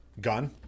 Gun